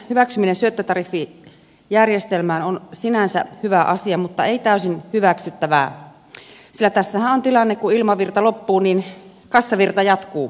merituulivoiman hyväksyminen syöttötariffijärjestelmään on sinänsä hyvä asia mutta ei täysin hyväksyttävää sillä tässähän on tilanne että kun ilmavirta loppuu niin kassavirta jatkuu tuulienergialle